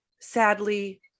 sadly